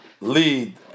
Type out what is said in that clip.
lead